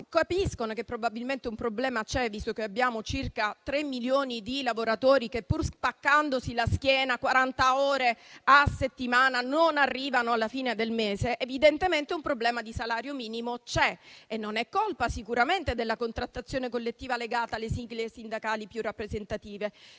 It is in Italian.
cittadini - che però lo capiscono visto che abbiamo circa 3 milioni di lavoratori che, pur spaccandosi la schiena quaranta ore a settimana, non arrivano alla fine del mese - è che evidentemente un problema di salario minimo c'è e non è colpa sicuramente della contrattazione collettiva legata alle sigle sindacali più rappresentative,